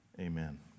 Amen